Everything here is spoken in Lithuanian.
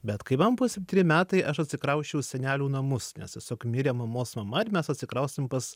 bet kai man buvo septyneri metai aš atsikrausčiau į senelių namus nes tiesiog mirė mamos mama ir mes atsikraustėm pas